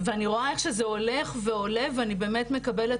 ואני רואה איך שזה הולך ועולה ואני באמת מקבלת